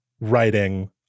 writing